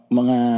mga